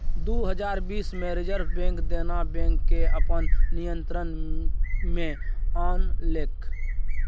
दु हजार बीस मे रिजर्ब बैंक देना बैंक केँ अपन नियंत्रण मे आनलकै